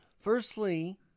Firstly